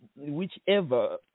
whichever